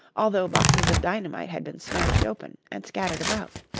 although boxes of dynamite had been smashed open and scattered about.